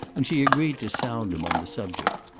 and she agreed to sound him on the subject.